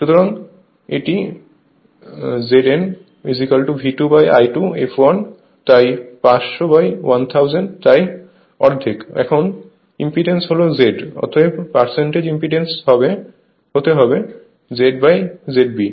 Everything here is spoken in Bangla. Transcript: সুতরাং এটি ZB V2I2 fl তাই 5001000 তাই অর্ধেক এখন ইম্পিডেন্স হল Z অতএব পার্সেন্টজ ইম্পিডেন্স হতে হবে ZZ B